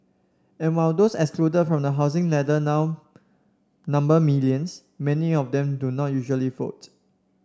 and while those excluded from the housing ladder now number millions many of them do not usually vote